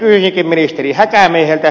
kysyisinkin ministeri häkämieheltä